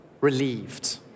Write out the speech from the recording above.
relieved